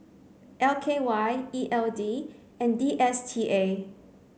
L K Y E L D and D S T A